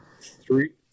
three